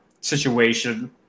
situation